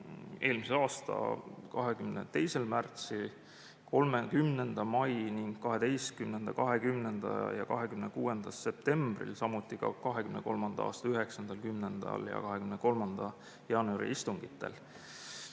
eelmise aasta 22. märtsil, 30. mail ning 12., 20., ja 26. septembril, samuti 2023. aasta 9., 10. ja 23. jaanuari istungil.